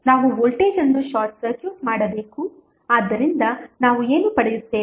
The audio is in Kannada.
ನಾವು ವೋಲ್ಟೇಜ್ ಅನ್ನು ಶಾರ್ಟ್ ಸರ್ಕ್ಯೂಟ್ ಮಾಡಬೇಕು ಆದ್ದರಿಂದ ನಾವು ಏನು ಪಡೆಯುತ್ತೇವೆ